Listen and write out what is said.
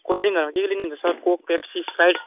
कोल्डड्रिङहरूमा के के लिनुहुन्छ सर कोक पेप्सी स्प्राइट